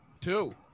Two